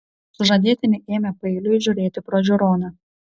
sužadėtiniai ėmė paeiliui žiūrėti pro žiūroną